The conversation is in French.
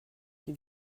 qui